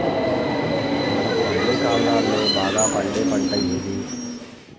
మనకు అన్ని కాలాల్లో బాగా పండే పంట ఏది?